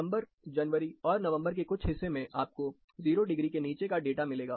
दिसंबर जनवरी और नवंबर के कुछ हिस्से में आपको जीरो डिग्री के नीचे का डाटा मिलेगा